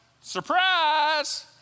Surprise